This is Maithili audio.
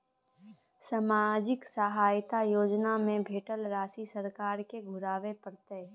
सामाजिक सहायता योजना में भेटल राशि सरकार के घुराबै परतै?